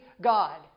God